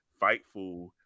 Fightful